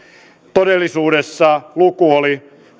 todellisuudessa luku oli